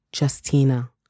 Justina